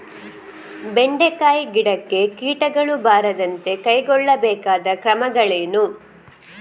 ಬೆಂಡೆಕಾಯಿ ಗಿಡಕ್ಕೆ ಕೀಟಗಳು ಬಾರದಂತೆ ಕೈಗೊಳ್ಳಬೇಕಾದ ಕ್ರಮಗಳೇನು?